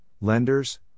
lenders